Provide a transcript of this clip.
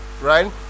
right